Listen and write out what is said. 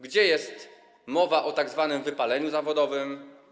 Gdzie jest mowa o tzw. wypaleniu zawodowym?